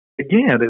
Again